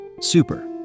super